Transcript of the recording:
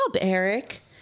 Eric